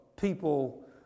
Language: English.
people